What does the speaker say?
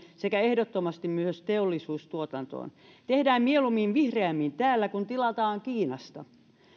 sekä ehdottomasti myös teollisuustuotantoon tehdään mieluummin vihreämmin täällä kuin tilataan kiinasta